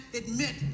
admit